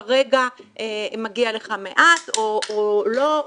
כרגע מגיע לך מעט או לא.